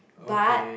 but